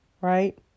right